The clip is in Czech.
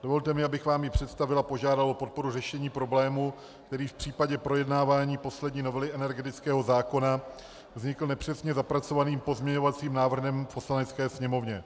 Dovolte mi, abych vám ji představil a požádal o podporu řešení problému, který v případě projednávání poslední novely energetického zákona vznikl nepřesně zapracovaným pozměňovacím návrhem v Poslanecké sněmovně.